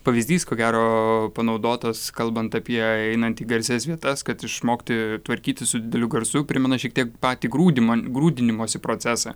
pavyzdys ko gero panaudotas kalbant apie einant į garsias vietas kad išmokti tvarkytis su dideliu garsu primena šiek tiek patį grūdimo grūdinimosi procesą